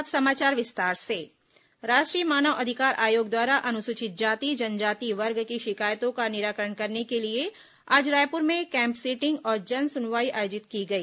अब समाचार विस्तार से मानवाधिकार आयोग जनसुनवाई राष्ट्रीय मानव अधिकार आयोग द्वारा अनुसूचित जाति जनजाति वर्ग की शिकायतों का निराकरण करने के लिए आज रायपुर में कैम्प सीटिंग और जन सुनवाई आयोजित की गई